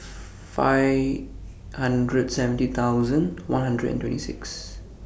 five hundred seventy thousand one hundred and twenty six